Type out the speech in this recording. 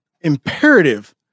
imperative